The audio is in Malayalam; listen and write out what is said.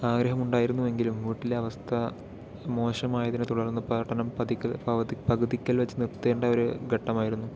ആഗ്രഹമുണ്ടായിരുന്നു എങ്കിലും വീട്ടിലെ അവസ്ഥ മോശമായതിനെ തുടർന്ന് പഠനം പതുക്കെ പകുതി പകുതിക്കൽ വെച്ച് നിർത്തേണ്ട ഒരു ഘട്ടമായിരുന്നു